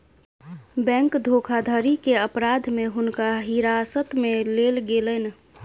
bank धोखाधड़ी के अपराध में हुनका हिरासत में लेल गेलैन